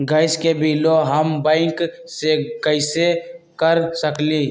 Gas के बिलों हम बैंक से कैसे कर सकली?